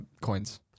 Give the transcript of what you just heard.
coins